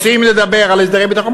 רוצים לדבר על הסדרי ביטחון?